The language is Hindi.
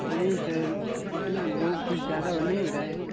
नहीं सर इतना बहु कुछ ज्यादा हो नहीं हो रहा है